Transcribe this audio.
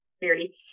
clearly